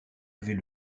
avait